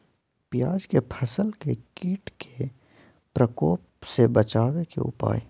प्याज के फसल के कीट के प्रकोप से बचावे के उपाय?